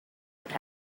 would